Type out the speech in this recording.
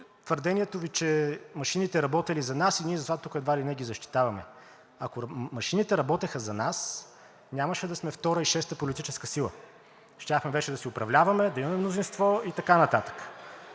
Твърдението Ви, че машините работели за нас и затова ние тук едва ли не ги защитаваме. Ако машините работеха за нас, нямаше да сме втора и шеста политическа сила, а щяхме вече да си управляваме, да имаме мнозинство и така нататък.